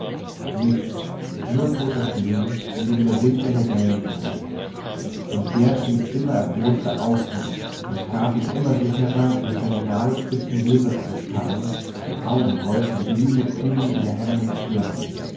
nichts nur toter schnee in den der wind seine wellen grub und der stieß immer erboster auf ihn und traf ihn immer sicherer mit seinen nadelspitzen blizzardkristallen die augen rollten wie glühende kugeln in der hämmernden stirn